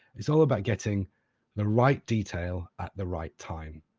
it's all about getting the right detail at the right time,